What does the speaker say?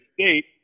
State